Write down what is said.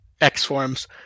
X-Forms